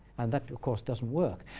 and that, of course, doesn't work.